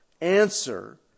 answer